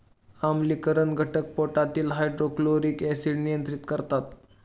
आम्लीकरण घटक पोटातील हायड्रोक्लोरिक ऍसिड नियंत्रित करतात